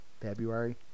February